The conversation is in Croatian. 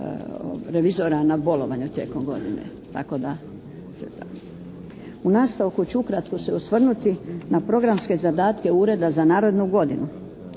revizora na bolovanju tijekom godine. U nastavku ću ukratko se osvrnuti na programske zadatke Ureda za narednu godinu.